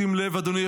שים לב אדוני,